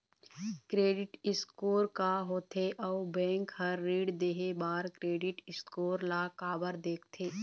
Credit score का होथे अउ बैंक हर ऋण देहे बार क्रेडिट स्कोर ला काबर देखते?